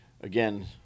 again